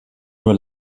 nur